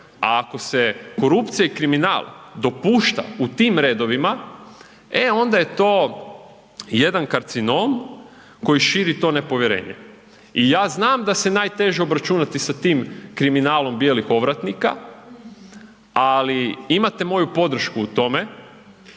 a ako se korupcija i kriminal dopušta u tim redovima, e onda je to jedan karcinom koji širi to nepovjerenje. I ja znam da se najteže obračunati sa tim kriminalom bijelih ovratnika, ali imate moju podršku u tome,